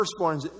firstborns